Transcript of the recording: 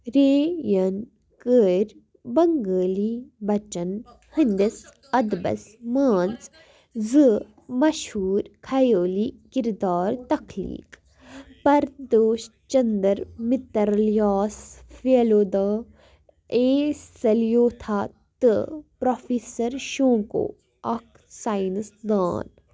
رے یَن کٔرۍ بنٛگٲلی بچن ہٕنٛدِس اَدبَس منٛز زِ مشہور خیٲلی کِردار تخلیق پردوش چنٛدر مِتر لِیاس فیلودا اے سَلیوتھا تہٕ پرٛوفِسر شونٛکوٗ اَکھ ساینَس دان